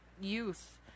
youth